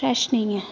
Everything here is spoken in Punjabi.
ਫ਼੍ਰੈੱਸ਼ ਨਹੀਂ ਹੈ